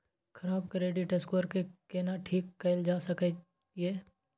खराब credit score के केना ठीक कैल जा सकै ये?